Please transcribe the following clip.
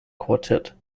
quartet